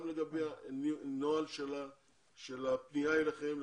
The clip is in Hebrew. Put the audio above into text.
גם לגבי הנוהל של הפנייה אליכם,